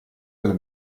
delle